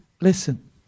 listen